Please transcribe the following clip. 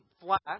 flat